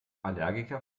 allergiker